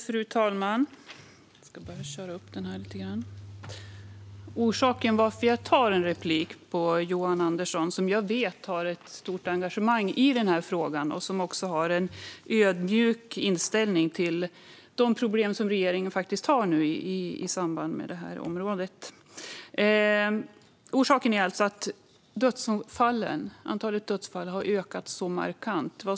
Fru talman! Anledningen till att jag begär replik på Johan Andersson, som jag vet har ett stort engagemang i den här frågan och som också har en ödmjuk inställning till de problem regeringen har i samband med det här området, är att antalet dödsfall har ökat så markant.